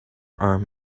arm